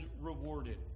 rewarded